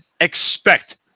expect